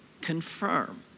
confirm